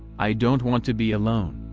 i don't want to be alone.